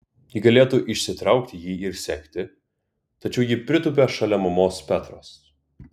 ji galėtų išsitraukti jį ir sekti tačiau ji pritūpia šalia mamos petros